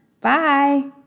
Bye